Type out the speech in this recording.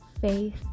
faith